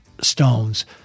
stones